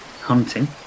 hunting